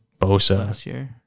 Bosa